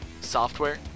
software